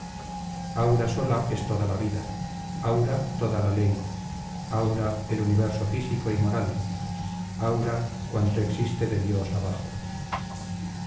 microscópicas aura sola es toda la vida aura toda la ley aura el universo físico y moral aura cuanto existe de dios abajo